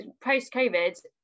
Post-COVID